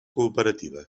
cooperativa